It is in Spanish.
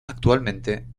actualmente